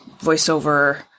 voiceover